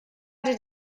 did